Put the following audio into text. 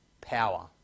power